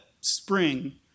spring